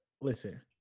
listen